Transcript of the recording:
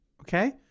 Okay